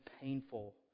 painful